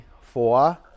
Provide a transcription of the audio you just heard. four